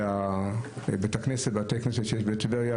בבית הכנסת של טבריה.